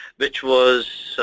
which was